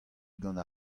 gant